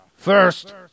First